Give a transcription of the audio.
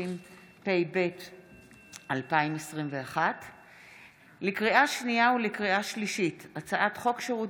התשפ"ב 2021. לקריאה שנייה ולקריאה שלישית: הצעת חוק שירות